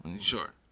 sure